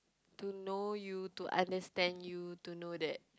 to know you to understand you to know that